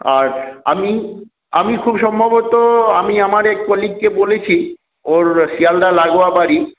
আর আমি আমি খুব সম্ভবত আমি আমার এক কোলিগকে বলেছি ওর শিয়ালদা লাগোয়া বাড়ি